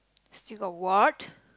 still got what